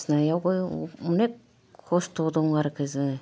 फिसिनायावबो अनेख खस्थ' दं आरोखि जोङो